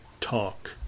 talk